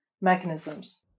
mechanisms